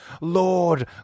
Lord